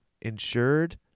insured